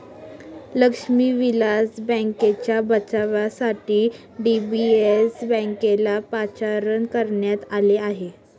लक्ष्मी विलास बँकेच्या बचावासाठी डी.बी.एस बँकेला पाचारण करण्यात आले आहे